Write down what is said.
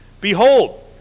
behold